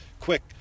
quick